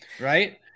right